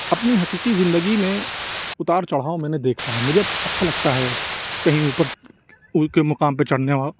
اپنی حقیقی زندگی میں اُتار چڑھاؤ میں نے دیکھا ہے مجھے اچھا لگتا ہے کہیں اُوپر کے مقام پہ چڑھنا